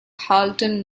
halton